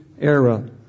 Era